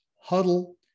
Huddle